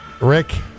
Rick